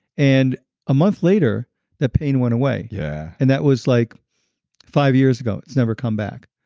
and a month later the pain went away. yeah and that was like five years ago. it's never come back.